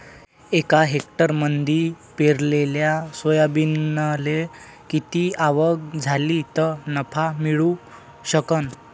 एका हेक्टरमंदी पेरलेल्या सोयाबीनले किती आवक झाली तं नफा मिळू शकन?